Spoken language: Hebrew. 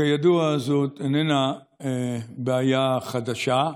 כידוע, זאת איננה בעיה חדשה,